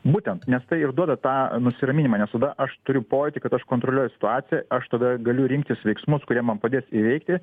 būtent nes tai ir duoda tą nusiraminimą nes tada aš turiu pojūtį kad aš kontroliuoju situaciją aš tada galiu rinktis veiksmus kurie man padės įveikti